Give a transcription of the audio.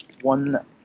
one